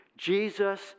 Jesus